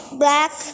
black